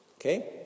Okay